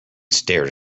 stared